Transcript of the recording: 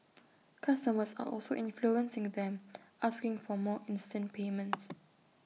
customers are also influencing them asking for more instant payments